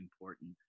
important